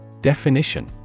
Definition